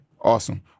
awesome